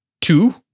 Two